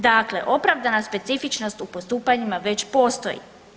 Dakle, opravdana specifičnost u postupanjima već postoji.